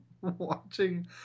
watching